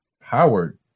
Howard